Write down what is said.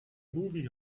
movie